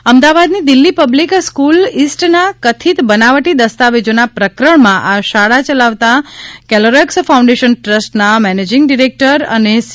રાહત અમદાવાદની Delhi public school ઇસ્ટના કથિત બનાવટી દસ્તાવેજોના પ્રકરણમાં આ શાળા યલાવતા કેલોરેક્સ ફાઉડેન્શન ટ્રસ્ટના મેનેજીંગ ડીરેક્ટર અને સી